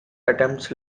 attempts